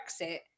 Brexit